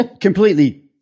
completely